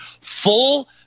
full